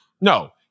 No